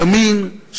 ימין,